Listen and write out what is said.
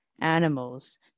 animals